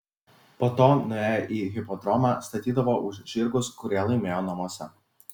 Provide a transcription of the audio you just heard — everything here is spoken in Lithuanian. po to nuėję į hipodromą statydavo už žirgus kurie laimėjo namuose